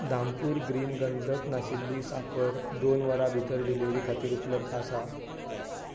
Dhampur green गंधक नाशिल्ली साखर दोन वरां भितर डिलिव्हरी खातीर उपलब्ध आसा